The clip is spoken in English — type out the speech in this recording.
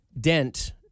Dent